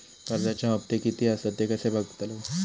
कर्जच्या हप्ते किती आसत ते कसे बगतलव?